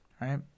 Right